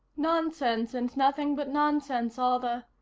nonsense and nothing but nonsense all the.